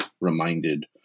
reminded